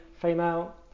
female